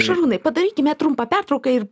šarūnai padarykime trumpą pertrauką ir